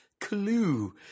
Clue